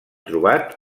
trobat